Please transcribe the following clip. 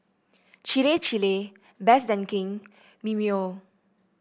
Chir Chir Best Denki Mimeo